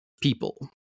people